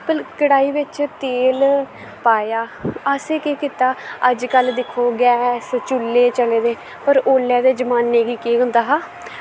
कड़ाही बिच्च तेल पाया असें केह् कीता अज्ज कल दिक्खो गैस चुल्ले चलेदे पर उसलै दे जमाने गी केह् होंदा हा